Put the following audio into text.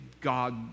God